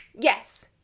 Yes